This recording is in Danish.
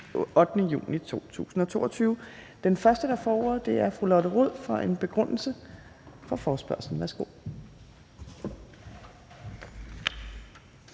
8. juni 2022. Den første, der får ordet, er fru Lotte Rod for en begrundelse for forespørgslen. Værsgo.